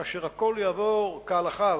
כאשר הכול יעבור כהלכה,